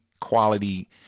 Quality